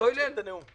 בכולל שבו למדתי.